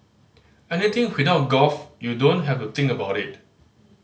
anything without golf you don't have to think about it